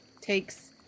takes